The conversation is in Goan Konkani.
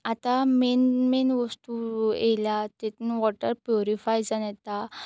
आतां मेन मेन वस्तू येयल्या तितून वॉटर प्युरीफाय जावन येता